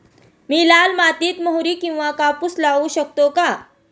मी लाल मातीत मोहरी किंवा कापूस लावू शकतो का?